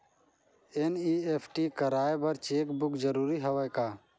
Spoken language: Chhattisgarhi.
एन.ई.एफ.टी कराय बर चेक बुक जरूरी हवय का?